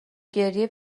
گریه